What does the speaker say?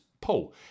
Paul